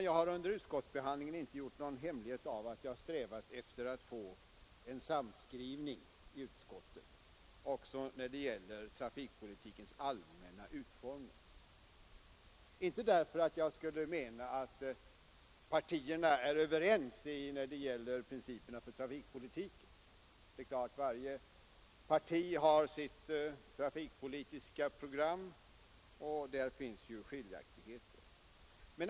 Jag har under utskottsbehandlingen inte gjort någon hemlighet av att jag strävat efter att få till stånd en samskrivning också när det gäller trafikpolitikens allmänna utformning. Inte därför att jag skulle mena att partierna är överens när det gäller principerna för trafikpolitiken — varje parti har sitt trafikpolitiska program, och där finns skiljaktigheter.